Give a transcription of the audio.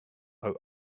are